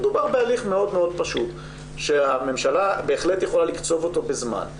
מדובר בהליך מאוד פשוט שהממשלה בהחלט יכולה לקצוב אותו בזמן.